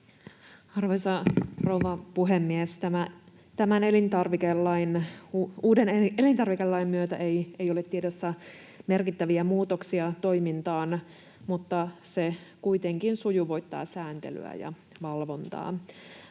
Arvoisa rouva puhemies! Tämän uuden elintarvikelain myötä ei ole tiedossa merkittäviä muutoksia toimintaan, mutta se kuitenkin sujuvoittaa sääntelyä ja valvontaa.